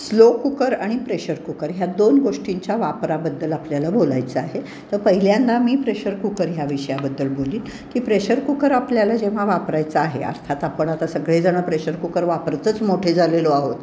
slow cooker आणि pressure cooker ह्या दोन गोष्टींच्या वापराबद्दल आपल्याला बोलायचं आहे तर पहिल्यांदा मी प्रेशर कुकर ह्या विषयाबद्दल बोलेन की प्रेशर कुकर आपल्याला जेव्हा वापरायचं आहे अर्थात आपण आता सगळेजणं प्रेशर कुकर वापरतच मोठे झालेलो आहोत